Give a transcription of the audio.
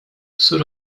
sur